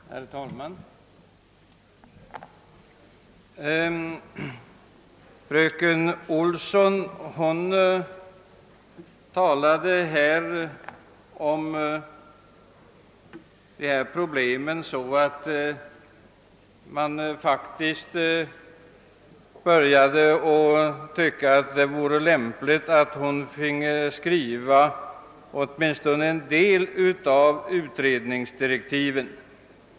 Herr talman! Fröken Olsson talade om dessa problem så att man faktiskt började anse att det vore lämpligt att hon finge skriva åtminstone en del av utredningsdirektiven.